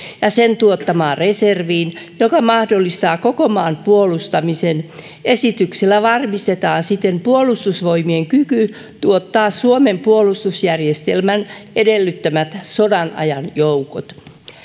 ja sen tuottamaan reserviin joka mahdollistaa koko maan puolustamisen esityksellä varmistetaan siten puolustusvoimien kyky tuottaa suomen puolustusjärjestelmän edellyttämät sodanajan joukot